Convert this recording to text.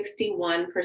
61%